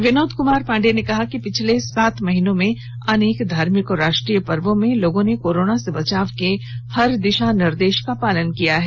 विनोद कुमार पांडेय ने कहा है कि पिछले सात महीनों में अनेक धार्मिक एवं राष्ट्रीय पर्वो में लोगों ने कोरोना से बचाव के हर दिशा निर्देश का पालन किया है